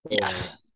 Yes